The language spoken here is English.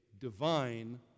divine